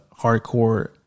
hardcore